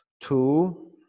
Two